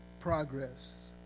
progress